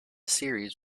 series